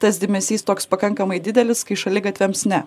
tas dėmesys toks pakankamai didelis kai šaligatviams ne